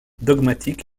dogmatique